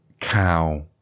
Cow